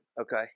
Okay